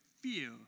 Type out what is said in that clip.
fear